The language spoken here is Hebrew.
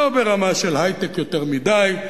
לא ברמה של היי-טק יותר מדי.